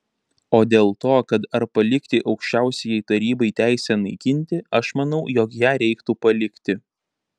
o dėl to kad ar palikti aukščiausiajai tarybai teisę naikinti aš manau jog ją reiktų palikti